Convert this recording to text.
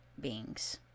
beings